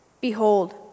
Behold